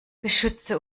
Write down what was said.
beschütze